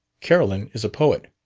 carolyn is a poet.